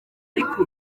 ariko